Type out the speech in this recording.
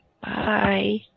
Bye